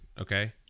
Okay